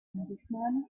englishman